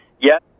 Yes